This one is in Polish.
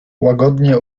łagodnie